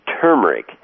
turmeric